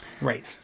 Right